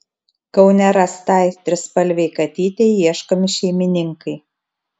kaune rastai trispalvei katytei ieškomi šeimininkai